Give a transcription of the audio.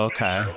Okay